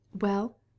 Well